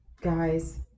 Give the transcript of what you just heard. guys